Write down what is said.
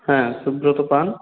হ্যাঁ সুব্রত পান